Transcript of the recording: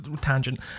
Tangent